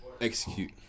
Execute